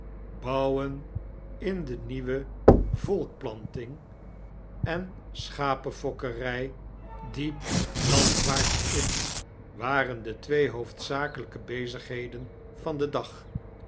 bouwen in de nieuwe volkplanting en schapenfokkerij diep landwaarts in waren de twee hoofdzakelyke bezigheden van den dag